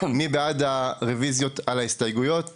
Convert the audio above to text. מי בעד הרוויזיות על ההסתייגויות?